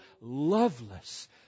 loveless